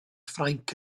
ffrainc